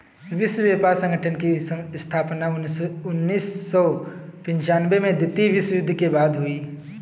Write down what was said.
विश्व व्यापार संगठन की स्थापना उन्नीस सौ पिच्यानबें में द्वितीय विश्व युद्ध के बाद हुई